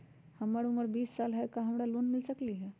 हमर उमर बीस साल हाय का हमरा लोन मिल सकली ह?